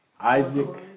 Isaac